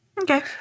Okay